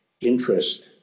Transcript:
interest